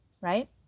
right